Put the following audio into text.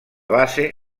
base